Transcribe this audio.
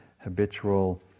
habitual